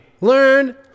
Learn